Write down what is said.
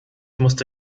musste